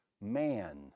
man